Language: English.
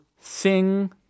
sing